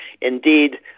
Indeed